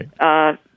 right